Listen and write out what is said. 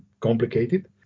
complicated